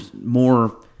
more